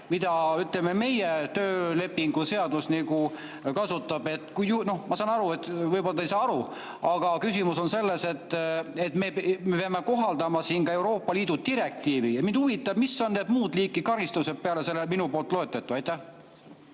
mida, ütleme, meie töölepingu seadus kasutab? Noh, ma saan aru, et võib-olla te ei saa aru, aga küsimus on selles, et me peame kohaldama siin ka Euroopa Liidu direktiivi ja mind huvitab, mis on need muud liiki karistused peale nende minu poolt loetletute. Aitäh,